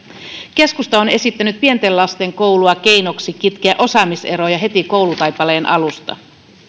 keskusta on esittänyt pienten lasten koulua keinoksi kitkeä osaamiseroja heti koulutaipaleen alusta